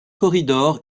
corridor